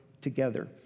together